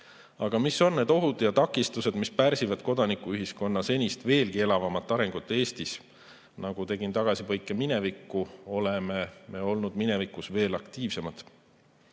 Aga mis on need ohud ja takistused, mis pärsivad kodanikuühiskonna senisest veelgi elavamat arengut Eestis? Tegin tagasipõike minevikku ja nagu näha, oleme olnud minevikus veel aktiivsemad.